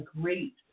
great